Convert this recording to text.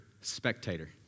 spectator